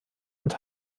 und